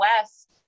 west